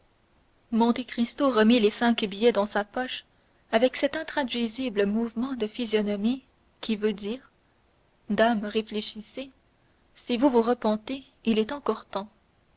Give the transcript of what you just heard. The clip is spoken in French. gardez monte cristo remit les cinq billets dans sa poche avec cet intraduisible mouvement de physionomie qui veut dire dame réfléchissez si vous vous repentez il est encore temps